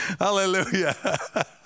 Hallelujah